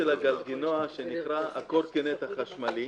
הנושא של הגלגילנוע, שנקרא הקורקינט החשמלי,